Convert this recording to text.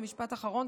זה משפט אחרון,